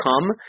come